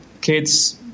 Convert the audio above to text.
kids